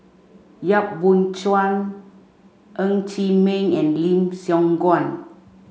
Yap Boon Chuan Ng Chee Meng and Lim Siong Guan